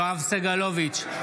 יואב סגלוביץ'